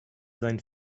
seinen